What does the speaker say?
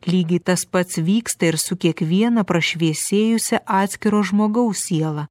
lygiai tas pats vyksta ir su kiekviena prašviesėjusia atskiro žmogaus siela